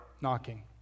knocking